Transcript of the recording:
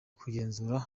kugenzurwa